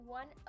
one